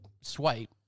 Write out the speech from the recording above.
swipe